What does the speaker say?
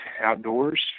Outdoors